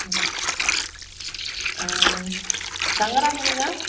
ம் சங்கரா மீனுங்க